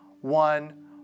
one